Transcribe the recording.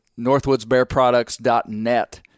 northwoodsbearproducts.net